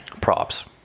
Props